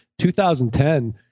2010